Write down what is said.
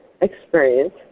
experience